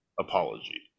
apology